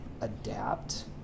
adapt